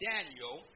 Daniel